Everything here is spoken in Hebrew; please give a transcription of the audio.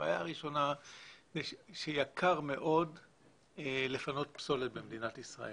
הבעיה הראשונה שיקר מאוד לפנות פסולת במדינת ישראל,